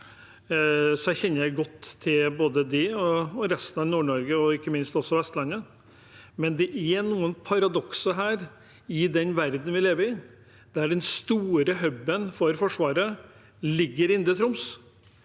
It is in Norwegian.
jeg kjenner godt til både det området, resten av Nord-Norge og ikke minst Vestlandet – men det er noen paradokser her, i den verden vi lever i. Den store hubben for Forsvaret ligger i indre Troms.